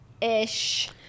ish